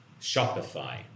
Shopify